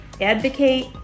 Advocate